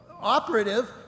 operative